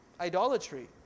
Idolatry